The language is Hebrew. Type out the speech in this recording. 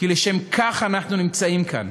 כי לשם כך אנחנו נמצאים כאן.